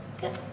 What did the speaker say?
good